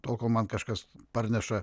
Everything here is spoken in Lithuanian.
tol kol man kažkas parneša